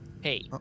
Hey